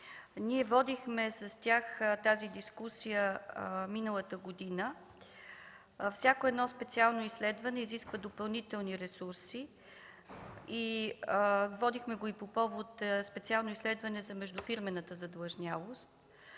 Ние водихме с тях тази дискусия миналата година. Всяко едно специално изследване изисква допълнителни ресурси. Водихме го и по повод на специално изследване за междуфирмената задлъжнялост.